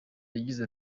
yagize